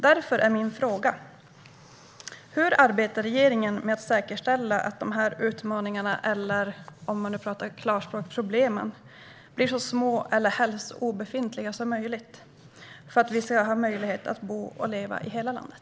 Därför är min fråga: Hur arbetar regeringen med att säkerställa att utmaningarna eller, om man talar klarspråk, problemen blir så små som möjligt, helst obefintliga, så att vi har möjlighet att bo och leva i hela landet?